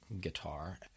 guitar